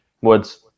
Woods